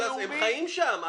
הם חיים שם.